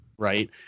Right